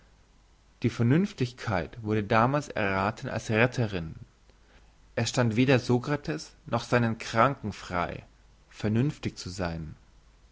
die vernünftigkeit wurde damals errathen als retterin es stand weder sokrates noch seinen kranken frei vernünftig zu sein